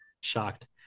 Shocked